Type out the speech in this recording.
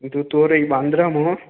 কিন্তু তোর এই বাঁদরামো